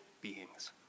beings